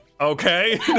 Okay